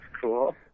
cool